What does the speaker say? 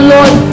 Lord